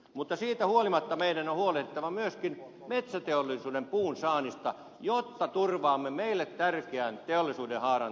mutta siitä huolimatta meidän on huolehdittava myöskin metsäteollisuuden puunsaannista jotta turvaamme meille tärkeän teollisuudenhaaran tulevaisuudessa